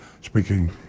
speaking